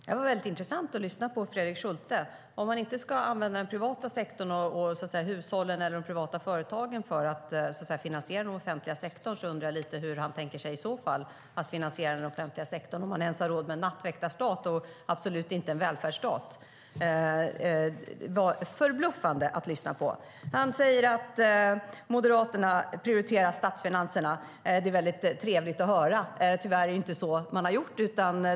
Fru talman! Det var intressant att lyssna på Fredrik Schulte. Om man inte ska använda den privata sektorn, hushållen och de privata företagen, för att finansiera den offentliga sektorn, undrar jag hur han tänker sig i så fall att finansiera den offentliga sektorn, om han ens har råd med en nattväktarstat - absolut inte en välfärdsstat. Det var förbluffande att lyssna på! Fredrik Schulte säger att Moderaterna prioriterar statsfinanserna. Det är trevligt att höra. Tyvärr är det inte så Alliansen har gjort.